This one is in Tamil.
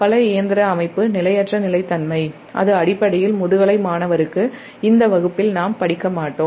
பல இயந்திர அமைப்பு நிலையற்ற நிலைத்தன்மை அடிப்படையில் முதுகலை மாணவருக்கு இந்த வகுப்பில் நாம் படிக்க மாட்டோம்